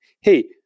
hey